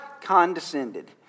condescended